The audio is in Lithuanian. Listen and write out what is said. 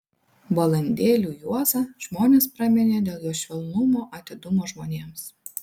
balandėliu juozą žmonės praminė dėl jo švelnumo atidumo žmonėms